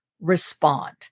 respond